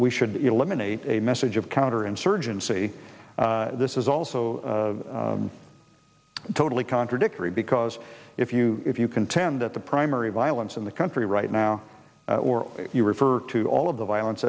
we should eliminate a message of counterinsurgency this is also totally contradictory because if you if you contend that the primary violence in the country right now or you refer to all of the violence